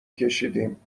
کشیدیم